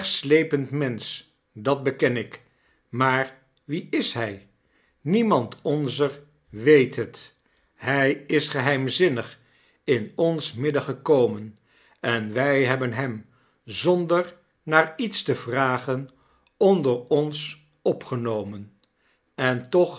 wegslepend mensch dat beken ik maar wie is hij memand onzer weet het hij is geheimzinnig in ons midden gekomen en wij hebben hem zonder naarietste vragen onder ons opgenomen en toch